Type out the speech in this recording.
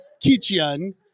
Kitchen